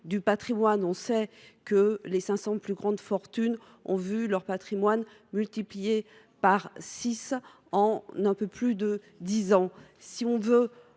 nationale. On sait que les 500 plus grandes fortunes ont vu leur patrimoine multiplié par six en un peu plus de dix ans.